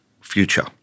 future